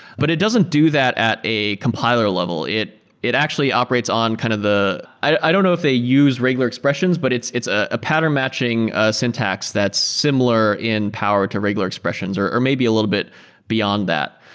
but it doesn't do that at a compiler level. it it actually operates on kind of the i don't know if they use regular expressions, but it's it's ah a pattern matching syntax that's similar in power to regular expressions or or maybe a little bit beyond that.